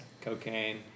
Cocaine